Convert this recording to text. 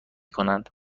کنند